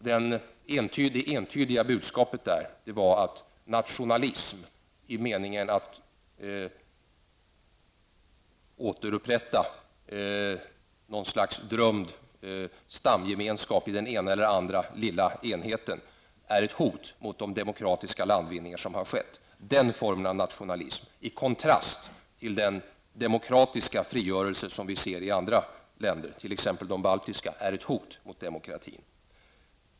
Det entydiga budskapet på detta seminarium var att nationalism i meningen att återupprätta något slags drömd stamgemenskap i den ena eller andra lilla enheten är ett hot mot de demokratiska landvinningar som har skett. Den formen av nationalism, i kontrast till den demokratiska frigörelse som vi ser i andra länder, t.ex. de baltiska, är ett hot mot demokratin.